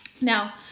Now